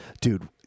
Dude